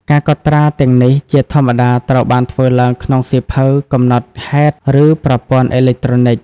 ការកត់ត្រាទាំងនេះជាធម្មតាត្រូវបានធ្វើឡើងក្នុងសៀវភៅកំណត់ហេតុ ឬប្រព័ន្ធអេឡិចត្រូនិក។